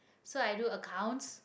so i do accounts